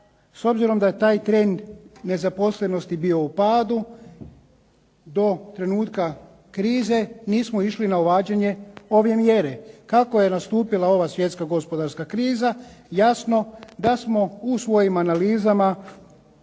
s obzirom da je taj trend nezaposlenosti bio u padu do trenutka krize, nismo išli na uvađanje ove mjere. Kako je nastupila ova svjetska gospodarska kriza jasno da smo u svojim analizama